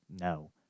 No